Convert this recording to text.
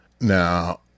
Now